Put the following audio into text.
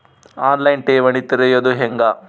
On line ಠೇವಣಿ ತೆರೆಯೋದು ಹೆಂಗ?